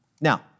Now